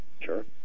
sure